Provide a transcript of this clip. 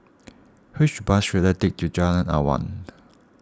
which bus should I take to Jalan Awang